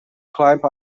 climbed